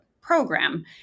program